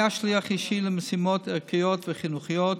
הוא היה שליח אישי למשימות ערכיות וחינוכיות,